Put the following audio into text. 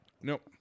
Nope